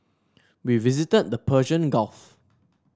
we visited the Persian Gulf